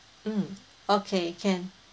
mm okay can